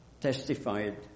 testified